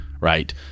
right